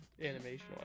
animation